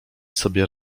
sobie